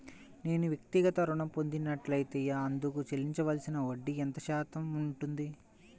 నేను వ్యక్తిగత ఋణం పొందినట్లైతే అందుకు చెల్లించవలసిన వడ్డీ ఎంత శాతం ఉంటుంది?